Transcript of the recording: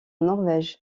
norvège